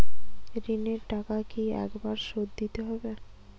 ঋণের টাকা কি একবার শোধ দিতে হবে?